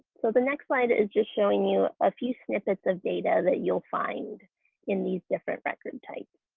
so but next slide is just showing you a few snippets of data that you'll find in these different record types.